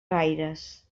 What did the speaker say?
gaires